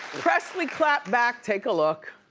presley clapped back. take a look.